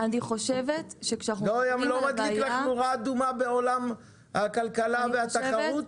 לא מדליק לך נורה אדומה בעולם הכלכלה והתחרות?